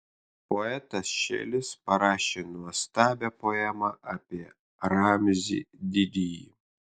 poetas šelis parašė nuostabią poemą apie ramzį didįjį